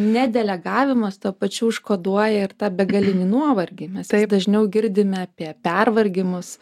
nedelegavimas tuo pačiu užkoduoja ir tą begalinį nuovargį mes dažniau girdime apie pervargimus